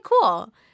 cool